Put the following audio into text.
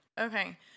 Okay